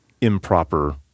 improper